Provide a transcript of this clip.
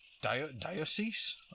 diocese